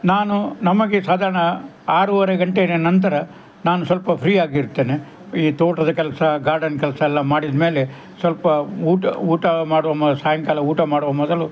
ನಾನು ನಮಗೆ ಸಾಧಾರಣ ಆರುವರೆ ಗಂಟೆಯ ನಂತರ ನಾನು ಸ್ವಲ್ಪ ಫ್ರೀ ಆಗಿರ್ತೇನೆ ಈ ತೋಟದ ಕೆಲಸ ಗಾರ್ಡನ್ ಕೆಲಸಯೆಲ್ಲ ಮಾಡಿದಮೇಲೆ ಸ್ವಲ್ಪ ಊಟ ಊಟ ಮಾಡುವ ಮೊ ಸಾಯಂಕಾಲ ಊಟ ಮಾಡುವ ಮೊದಲು